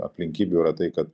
aplinkybių yra tai kad